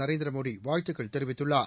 நரேந்திரமோடிவாழ்த்துக்கள் தெரிவித்துள்ளார்